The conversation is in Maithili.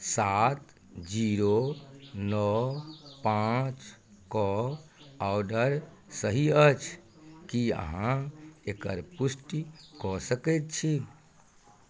सात जीरो नओ पाँचके ऑर्डर सही अछि की अहाँ एकर पुष्टि कऽ सकैत छी